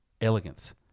elegance